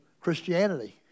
Christianity